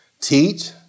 Teach